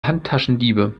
handtaschendiebe